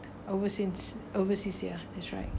overseas overseas ya that's right